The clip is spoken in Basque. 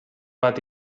bat